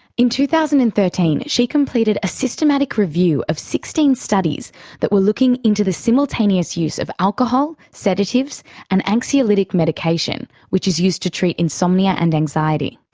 in two thousand and thirteen she completed completed a systematic review of sixteen studies that were looking into the simultaneous use of alcohol, sedatives and anxiolytic medication, which is used to treat insomnia and anxiety.